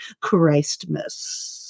Christmas